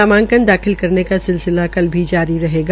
नामांकन दाखिल करने का सिलसिला कल भी जारी रहेगा